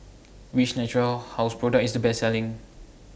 Which Natura House Product IS The Best Selling